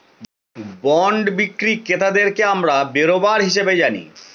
bond বিক্রি ক্রেতাদেরকে আমরা বেরোবার হিসাবে জানি